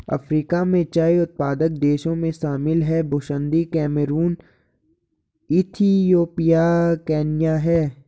Africa में चाय उत्पादक देशों में शामिल हैं बुसन्दी कैमरून इथियोपिया केन्या है